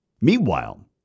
Meanwhile